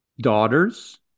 daughters